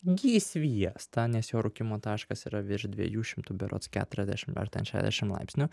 ghi sviestą nes jo rūkymo taškas yra virš dviejų šimtų berods keturiasdešim ar ten šešdešim laipsnių